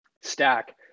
stack